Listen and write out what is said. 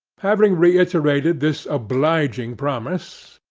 having reiterated this obliging promise,